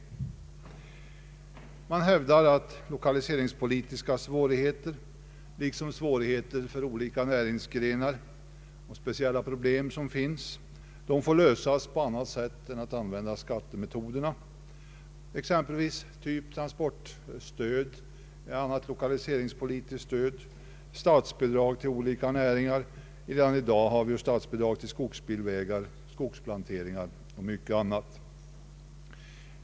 Utskottet hävdar att lokaliseringspolitiska svårigheter liksom svårigheter för olika näringsgrenar och speciella problem får lösas på annat sätt än med användning av skattemetoder, exempelvis transportstöd, annat lokaliseringspolitiskt stöd, statsbidrag till olika näringar. Redan i dag har vi statsbidrag till skogsbilvägar, skogsplanteringar och mycket annat.